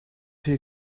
here